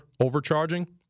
overcharging